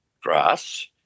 grass